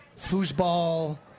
Foosball